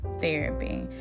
therapy